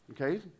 okay